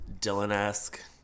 Dylan-esque